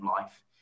life